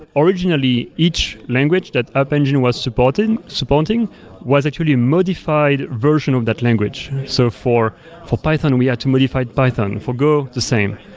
originally, each language that app engine was supporting supporting was actually modified version of that language. so for for python, we had to modify python. for go, the same.